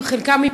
חלקם,